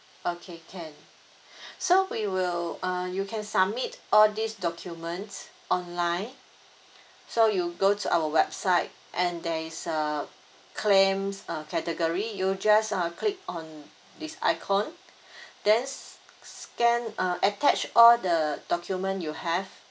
okay can so we will uh you can submit all these documents online so you go to our website and there is a claims uh category you just uh click on this icon then scan uh attach all the document you have